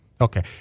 Okay